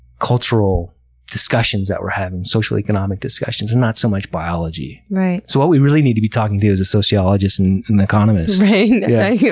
cultural discussions that we're having, socio-economic discussions, and not so much biology. so, what we really need to be talking to is a sociologist and an economist. yeah yeah